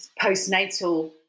postnatal